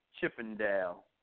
Chippendale